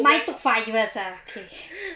my took five years ah K